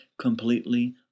completely